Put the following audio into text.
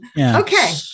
Okay